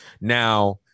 Now